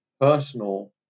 personal